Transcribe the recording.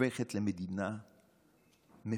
הופכת למדינה מפולגת,